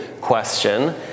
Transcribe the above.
question